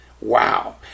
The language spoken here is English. Wow